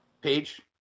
Page